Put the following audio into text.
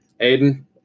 Aiden